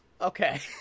Okay